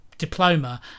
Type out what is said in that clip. diploma